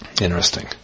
Interesting